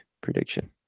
prediction